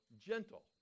gentle